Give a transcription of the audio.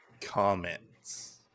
comments